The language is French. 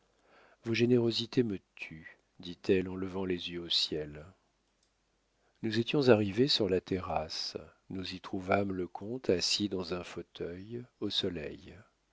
vos générosités me tuent dit-elle en levant les yeux au ciel nous étions arrivés sur la terrasse nous y trouvâmes le comte assis dans un fauteuil au soleil